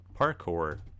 Parkour